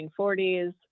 1940s